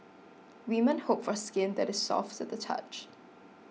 women hope for skin that is soft to the touch